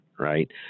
right